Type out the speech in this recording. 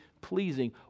pleasing